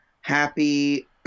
happy